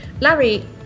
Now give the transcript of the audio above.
Larry